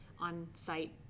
on-site